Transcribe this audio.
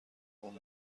اون